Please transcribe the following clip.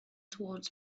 towards